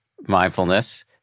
mindfulness